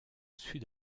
sud